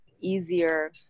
easier